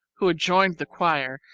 who had joined the choir,